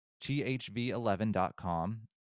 THV11.com